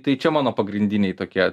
tai čia mano pagrindiniai tokie